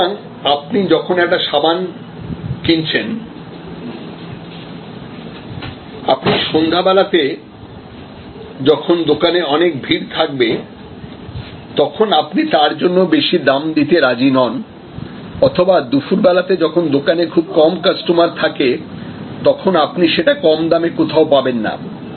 সুতরাং আপনি যখন একটা সাবান কিনছেন আপনি সন্ধ্যা বেলাতে যখন দোকানে অনেক ভিড় থাকবে তখনো আপনি তার জন্য বেশি দাম দিতে রাজি নন অথবা দুপুর বেলাতে যখন দোকানে খুব কম কাস্টমার থাকে তখনো আপনি সেটা কম দামে কোথাও পাবেন না